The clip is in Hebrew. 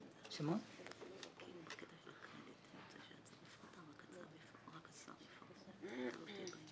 שמוארכת בחצי שנה ויתר הפעימות באות אחריה